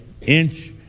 inch